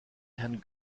herrn